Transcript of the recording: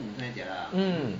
mm